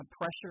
Pressure